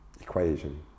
equation